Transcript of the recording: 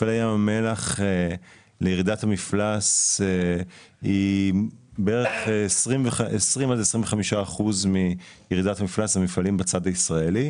לירידת המפלס היא בערך 20% עד 25% בצד הישראלי.